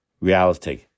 reality